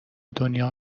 دنیا